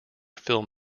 film